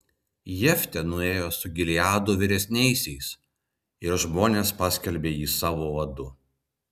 jeftė nuėjo su gileado vyresniaisiais ir žmonės paskelbė jį savo vadu